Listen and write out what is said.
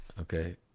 Okay